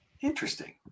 Interesting